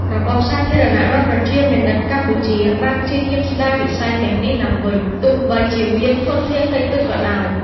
របបសាធារណរដ្ឋប្រជាមានិតកម្ពុជា បានព្យាយាមស្ដារវិស័យទាំងនេះឡើងវិញ ទោះបីជាមានធនធានតិចតួចក៏ដោយ។